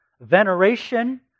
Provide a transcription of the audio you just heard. veneration